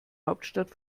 hauptstadt